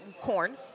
corn